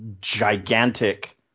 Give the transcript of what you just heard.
gigantic